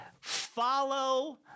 follow